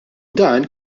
dan